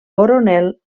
coronel